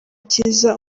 cyiza